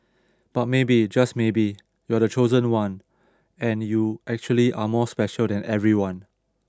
but maybe just maybe you're the chosen one and you actually are more special than everyone